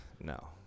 No